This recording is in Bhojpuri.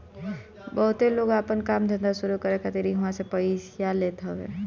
बहुते लोग आपन काम धंधा शुरू करे खातिर इहवा से पइया लेत हवे